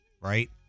right